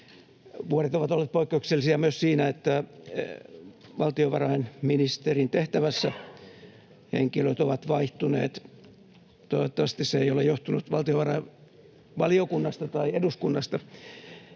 Vuodet ovat olleet poikkeuksellisia myös siinä, että valtiovarainministerin tehtävässä henkilöt ovat vaihtuneet. Toivottavasti se ei ole johtunut valtiovarainvaliokunnasta tai eduskunnasta,